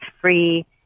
free